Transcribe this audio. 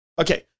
Okay